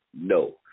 no